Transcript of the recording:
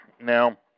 Now